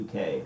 UK